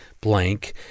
blank